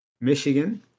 Michigan